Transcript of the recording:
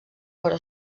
però